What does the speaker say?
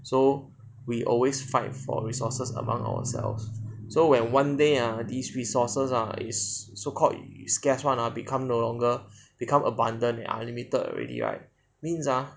so we always fight for resources among ourselves so when one day ah these resources ah is so called scarce [one] ah become no longer become abundant and limited already right means ah